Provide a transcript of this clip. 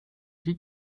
dit